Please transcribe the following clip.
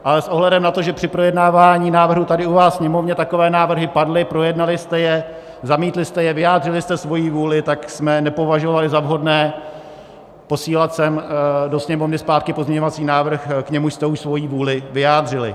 Ale s ohledem na to, že při projednávání návrhu tady u vás ve Sněmovně takové návrhy padly, projednali jste je, zamítli jste je, vyjádřili jste svoji vůli, tak jsme nepovažovali za vhodné posílat sem do Sněmovny zpátky pozměňovací návrh, k němuž jste už svoji vůli vyjádřili.